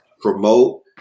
promote